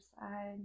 side